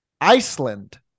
Iceland